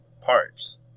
parts